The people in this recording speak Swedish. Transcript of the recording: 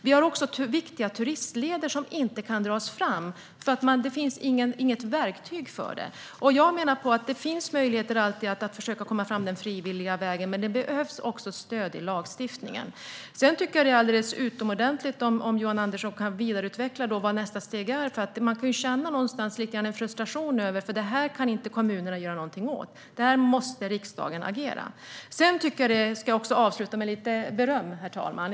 Vi har också viktiga turistleder som inte kan dras fram för att det inte finns något verktyg för det. Jag menar att det alltid finns möjlighet att komma fram den frivilliga vägen, men det behövs också ett stöd i lagstiftningen. Sedan tycker jag att det är alldeles utomordentligt om Johan Andersson kan utveckla vad nästa steg är, för man kan känna en frustration över att det här är något som kommunerna inte kan göra någonting åt. Här måste riksdagen agera. Jag ska avsluta med lite beröm, herr talman.